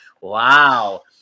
Wow